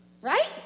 right